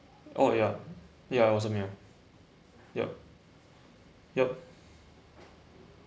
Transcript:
oh ya ya was a male yup yup